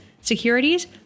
Securities